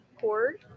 cord